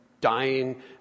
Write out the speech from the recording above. dying